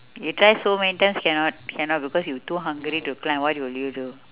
you try so many times cannot cannot because you too hungry to climb what will you do